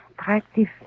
attractive